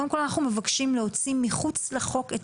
קודם כל אנחנו מבקשים להוציא מחוץ לחוק את